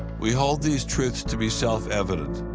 we hold these truths to be self-evident,